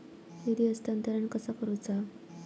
निधी हस्तांतरण कसा करुचा?